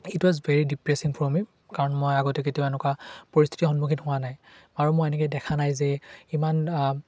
it was very depressing for me কাৰণ মই আগতে কেতিয়াও এনেকুৱা পৰিস্থিতিৰ সন্মুখীন হোৱা নাই আৰু মই এনেকৈ দেখা নাই যে ইমান